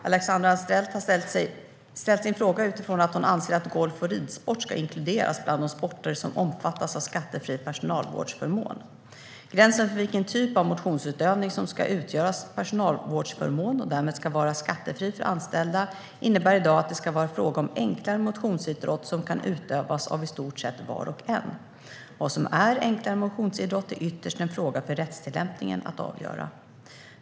Alexandra Anstrell har ställt sin fråga utifrån att hon anser att golf och ridsport ska inkluderas bland de sporter som omfattas av skattefri personalvårdsförmån. Gränsen för vilken typ av motionsutövning som ska utgöra personalvårdsförmån och därmed vara skattefri för anställda innebär i dag att det ska vara fråga om enklare motionsidrott som kan utövas av i stort sett var och en. Vad som är enklare motionsidrott är ytterst en fråga för rättstillämpningen att avgöra.